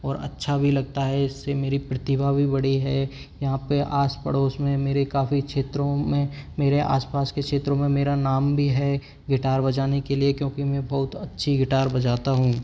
और अच्छा भी लगता है इससे मेरी प्रतिभा भी बढ़ी है यहाँ पे आस पड़ोस में मेरे काफ़ी क्षेत्रों में मेरे आस पास के क्षेत्रों में मेरा नाम भी है गिटार बजाने के लिए क्योंकि मैं बहुत अच्छी गिटार बजाता हूँ